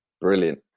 Brilliant